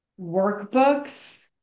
workbooks